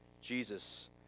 Jesus